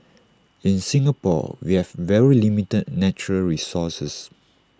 in Singapore we have very limited natural resources